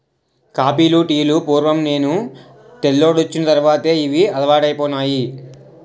కాపీలు టీలు పూర్వం నేవు తెల్లోడొచ్చిన తర్వాతే ఇవి అలవాటైపోనాయి